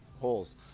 holes